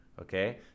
okay